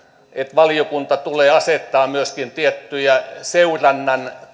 valiokunta tulee asettamaan myöskin tiettyjä seurannan